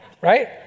Right